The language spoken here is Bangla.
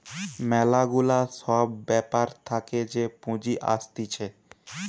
ম্যালা গুলা সব ব্যাপার থাকে যে পুঁজি আসতিছে